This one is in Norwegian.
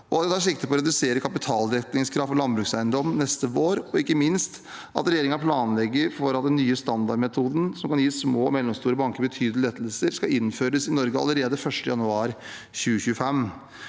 og at vi tar sikte på å redusere kapitaldekningskrav for landbrukseiendom neste vår. Ikke minst planlegger regjeringen for at den nye standardmetoden, som kan gi små og mellomstore banker betydelige lettelser, skal innføres i Norge allerede 1. januar 2025.